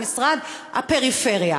למשרד הפריפריה.